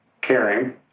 caring